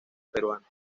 peruanas